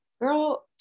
Girl